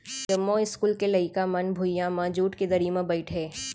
जमो इस्कूल के लइका मन भुइयां म जूट के दरी म बइठय